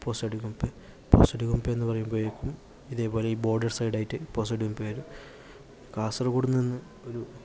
പോസടി ഗുംപെ പോസടി ഗുംപെ എന്ന് പറയുമ്പത്തേക്കും ഇതേപോലെ ഈ ബോർഡർ സൈഡ് ആയിട്ട് പോസടി ഗുംപെ വരും കാസർഗോഡ് നിന്ന് ഒരു